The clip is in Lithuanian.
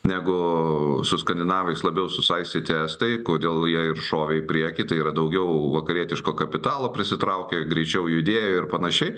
negu su skandinavais labiau susaistyti estai kodėl jie ir šovė į priekį tai yra daugiau vakarietiško kapitalo prisitraukė greičiau judėjo ir panašiai